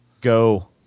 go